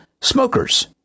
smokers